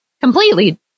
completely